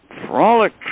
Frolic